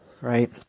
right